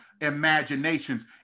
imaginations